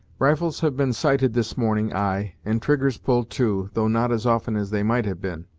rifles have been sighted this morning, ay, and triggers pulled, too, though not as often as they might have been.